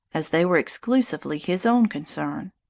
as they were exclusively his own concern.